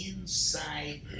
inside